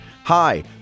Hi